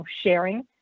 sharing